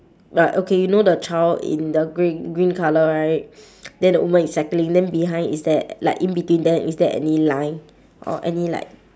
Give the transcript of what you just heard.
but okay you know the child in the green green colour right then the woman is cycling then behind is there like in between them is there any line or any like